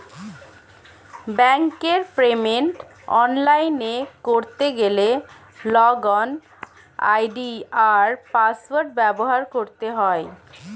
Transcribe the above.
ব্যাঙ্কের পেমেন্ট অনলাইনে করতে গেলে লগইন আই.ডি আর পাসওয়ার্ড ব্যবহার করতে হয়